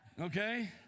okay